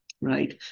right